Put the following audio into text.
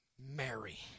Mary